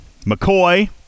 McCoy